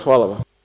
Hvala vam.